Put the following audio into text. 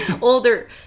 older